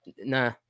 nah